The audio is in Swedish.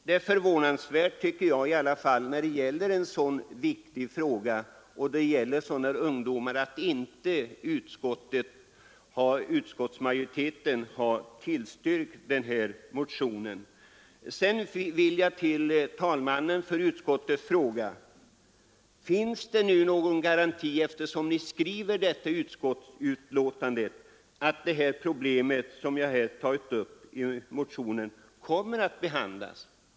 Det är förvånansvärt när det gäller en fråga som är så viktig för dessa ungdomar som denna, att utskottsmajoriteten inte har tillstyrkt bifall till motionen. Sedan vill jag fråga talesmannen för utskottet: Eftersom ni nu skriver som ni gör i betänkandet, finns det någon garanti för att de problem som tagits upp i motionen kommer att behandlas?